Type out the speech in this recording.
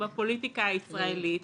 בפוליטיקה הישראלית,